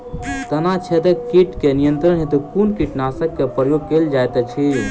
तना छेदक कीट केँ नियंत्रण हेतु कुन कीटनासक केँ प्रयोग कैल जाइत अछि?